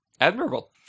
admirable